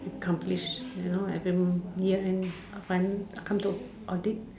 accomplish you know every year and finally come to audit